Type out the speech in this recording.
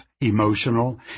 emotional